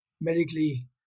medically